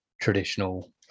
traditional